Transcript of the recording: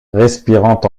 respirant